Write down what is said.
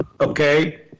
Okay